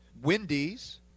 Wendy's